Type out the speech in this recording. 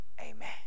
Amen